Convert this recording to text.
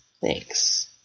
Thanks